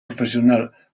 profesional